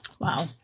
Wow